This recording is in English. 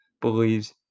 believes